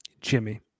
Jimmy